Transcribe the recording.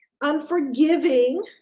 unforgiving